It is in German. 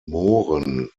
mooren